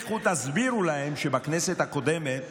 לכו תסבירו להם שבכנסת הקודמת